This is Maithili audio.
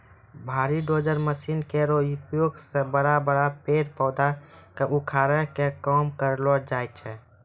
भारी डोजर मसीन केरो उपयोग सें बड़ा बड़ा पेड़ पौधा क उखाड़े के काम करलो जाय छै